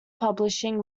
publishing